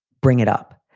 bring it up.